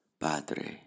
Padre